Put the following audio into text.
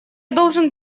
должен